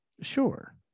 sure